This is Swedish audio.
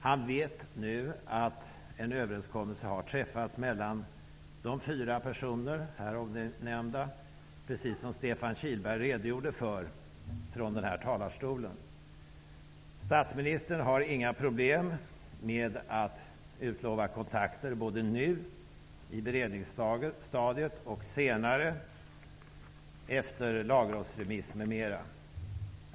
Han vet nu att en överenskommelse har träffats mellan de fyra, här omnämnda, personer, precis som Statsministern har inga problem med att utlova kontakter både nu på beredningsstadiet och senare efter lagrådsremiss m.m.